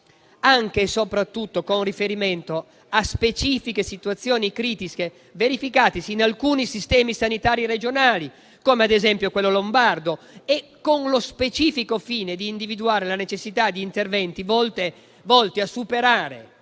anche e soprattutto con riferimento a specifiche situazioni critiche verificatesi in alcuni sistemi sanitari regionali, come ad esempio quello lombardo, e con lo specifico fine di individuare la necessità di interventi volti a superare